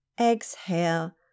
Exhale